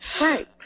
right